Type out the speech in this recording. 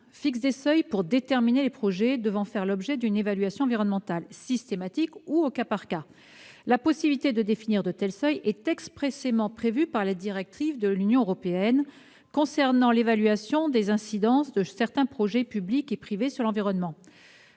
fixe des seuils pour déterminer les projets devant faire l'objet d'une évaluation environnementale systématique ou au cas par cas. La possibilité de définir de tels seuils est expressément prévue par la directive de l'Union européenne concernant l'évaluation des incidences de certains projets publics et privés sur l'environnement.